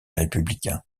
républicain